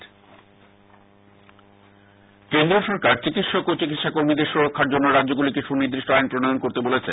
doctor ধর্মঘট কেন্দ্র সরকার চিকিৎসক ও চিকিৎসা কর্মীদের সুরক্ষার জন্য রাজ্যগুলিকে সুনির্দিষ্ট আইন প্রণয়ন করতে বলেছে